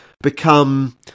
become